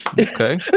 Okay